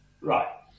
Right